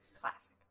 Classic